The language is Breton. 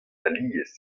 alies